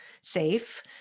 safe